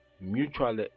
mutual